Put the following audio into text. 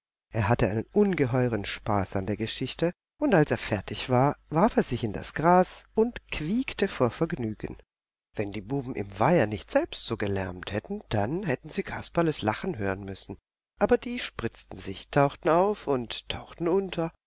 er hatte einen ungeheuren spaß an der geschichte und als er fertig war warf er sich in das gras und quiekte vor vergnügen wenn die buben im weiher nicht selbst so gelärmt hätten dann hätten sie kasperles lachen hören müssen aber die spritzten sich tauchten auf und tauchten unter